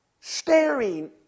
Staring